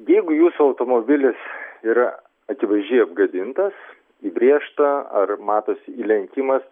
jeigu jūsų automobilis yra akivaizdžiai apgadintas įbrėžta ar matosi įlenkimas